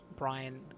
Brian